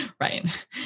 Right